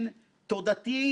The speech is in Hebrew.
פרופסור ניתאי ברגמן